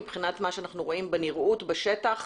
מבחינת מה שאנחנו רואים בנראות בשטח,